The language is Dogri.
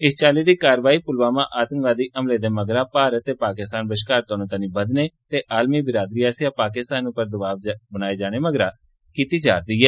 इस चाल्ली दी कारवाई पुलवामा आतंकवादी हमले दे मगरा भारत ते पाकिस्तान बश्कार तनोतनी बदने ते आलमी बिरादरी आस्सेआ दबाव बघाये जाने मगरा कीती गेयी ऐ